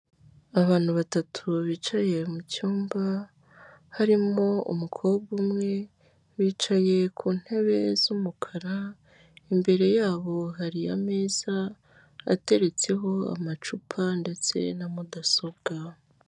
Abantu batatu bicaye mu cyumba, harimo umukobwa umwe, bicaye ku ntebe z'umukara, imbere yabo hari ameza ateretseho amacupa ndetse na mudasobwa.